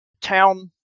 town